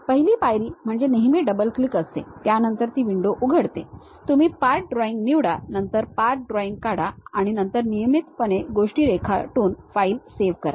पहिली पायरी नेहमी डबल क्लिक असते त्यानंतर ती विंडो उघडते तुम्ही पार्ट ड्रॉईंग निवडा नंतर पाथ ड्रॉईंग काढा आणि नंतर नियमितपणे गोष्टी रेखाटून फाइल सेव्ह करा